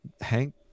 Hank